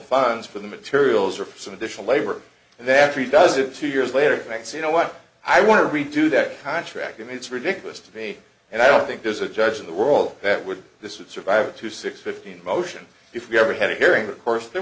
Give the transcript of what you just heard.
funds for the materials or for some additional labor and then after he does it two years later thanks you know what i want to redo that contract and it's ridiculous to me and i don't think there's a judge in the world that would this would survive to six fifteen motion if we ever had a hearing of course there